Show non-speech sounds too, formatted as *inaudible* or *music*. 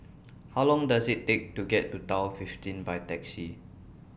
*noise* How Long Does IT Take to get to Tower fifteen By Taxi